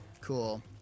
Cool